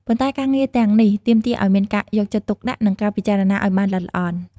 ប៉ុន្តែការងារទាំងនេះទាមទារឲ្យមានការយកចិត្តទុកដាក់និងការពិចារណាឲ្យបានល្អិតល្អន់។